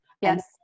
Yes